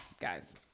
guys